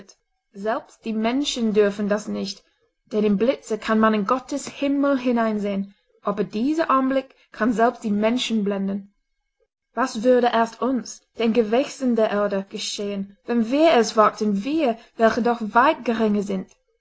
selbst die menschen dürfen das nicht denn im blitze kann man in gottes himmel hineinsehen aber dieser anblick kann selbst die menschen blenden was würde erst uns den gewächsen der erde geschehen wenn wir es wagten wir welche doch weit geringer sind